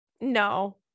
No